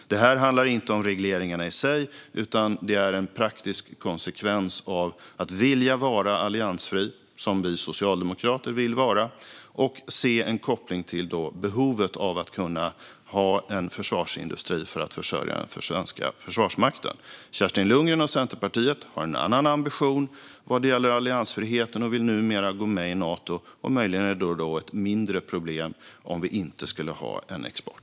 Detta handlar inte om regleringarna i sig, utan det är en praktisk konsekvens av att vilja vara alliansfri, som vi socialdemokrater vill vara, och se en koppling till behovet av att kunna ha en försvarsindustri för att försörja den svenska försvarsmakten. Kerstin Lundgren och Centerpartiet har en annan ambition när det gäller alliansfriheten och vill numera gå med i Nato. Möjligen är det då ett mindre problem om vi inte skulle ha en export.